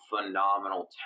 phenomenal